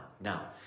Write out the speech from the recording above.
Now